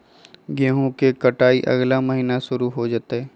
गेहूं के कटाई अगला महीना शुरू हो जयतय